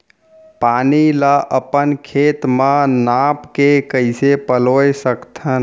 पानी ला अपन खेत म नाप के कइसे पलोय सकथन?